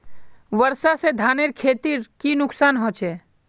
वर्षा से धानेर खेतीर की नुकसान होचे?